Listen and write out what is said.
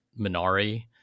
Minari